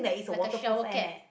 like a shower cap